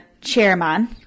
chairman